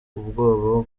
ubwoba